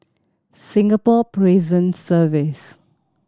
Singapore Prison Service